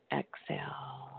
exhale